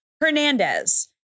Hernandez